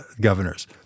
governors